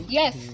yes